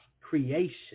creation